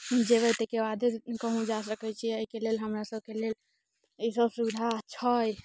जयबै ताहिके बादे कहुँ जा सकैत छियै एहिके लेल हमरा सबके लेल ई सब सुविधा छै